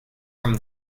from